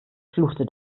fluchte